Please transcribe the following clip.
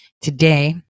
today